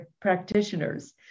practitioners